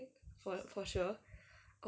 for for sure